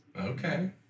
Okay